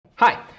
Hi